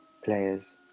players